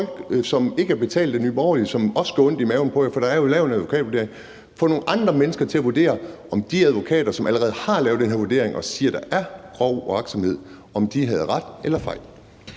som ikke er betalt af Nye Borgerlige, hvilket også gør ondt i maven på jer, for der er jo lavet en advokatvurdering – til at vurdere, om de advokater, som allerede har lavet den her vurdering og siger, der er grov uagtsomhed, havde ret eller tog